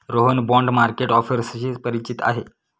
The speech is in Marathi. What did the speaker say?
रोहन बाँड मार्केट ऑफर्सशी परिचित आहे